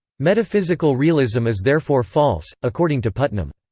metaphysical realism is therefore false, according to putnam.